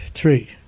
Three